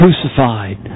crucified